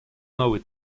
новый